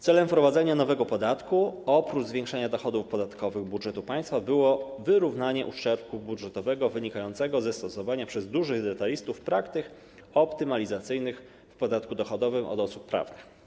Celem wprowadzenia nowego podatku, oprócz zwiększenia dochodów podatkowych budżetu państwa, było wyrównanie uszczerbku budżetowego wynikającego ze stosowania przez dużych detalistów praktyk optymalizacyjnych w podatku dochodowym od osób prawnych.